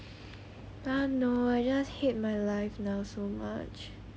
I don't know I just hate my life now so much